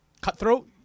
Cutthroat